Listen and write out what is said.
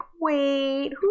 wait